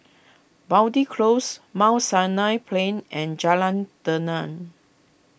Boundy Close Mount Sinai Plain and Jalan Tenang